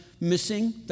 missing